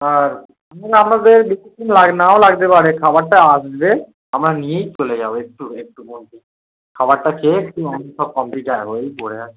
আর এমনি আপনাদের বেশিক্ষণ লাগ নাও লাগতে পারে খাবারটা আসবে আমরা নিয়েই চলে যাবো একটু একটু্র মধ্যেই খাবারটা খেয়ে একটু আমি সব কমপ্লিট ওই পড়ে আর